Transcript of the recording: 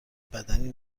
بدنی